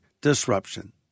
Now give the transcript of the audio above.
Disruption